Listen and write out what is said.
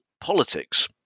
politics